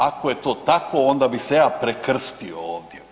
Ako je to tako onda bih se ja prekrstio ovdje.